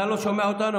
אתה לא שומע אותנו.